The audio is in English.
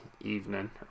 evening